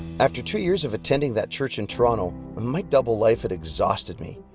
after two years of attending that church in toronto, my double life had exhausted me.